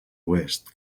oest